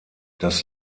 das